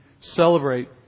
celebrate